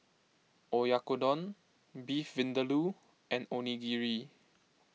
Oyakodon Beef Vindaloo and Onigiri